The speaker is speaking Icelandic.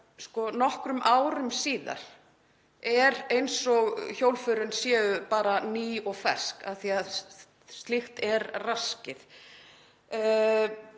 nokkrum árum síðar er eins og hjólförin séu bara ný og fersk af því að slíkt er raskið.